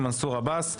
מנסור עבאס.